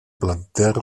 planter